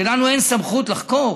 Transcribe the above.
שלנו אין סמכות לחקור.